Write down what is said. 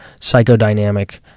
psychodynamic